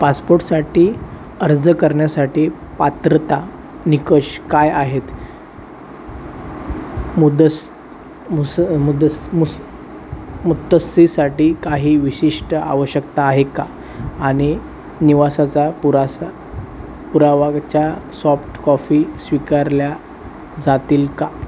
पासपोर्टसाठी अर्ज करण्यासाठी पात्रता निकष काय आहेत मुदस मुस मुदस मुस मुत्सद्दीसाठी काही विशिष्ट आवश्यकता आहे का आणि निवासाचा पुरासा पुरावाच्या सॉफ्टकॉफी स्वीकारल्या जातील का